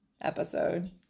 episode